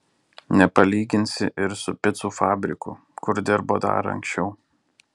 nepalyginsi ir su picų fabriku kur dirbo dar anksčiau